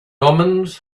omens